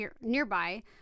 nearby—